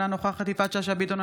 אינה נוכחת יפעת שאשא ביטון,